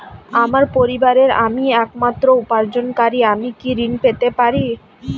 আমার পরিবারের আমি একমাত্র উপার্জনকারী আমি কি ঋণ পেতে পারি?